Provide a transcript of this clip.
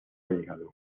llegado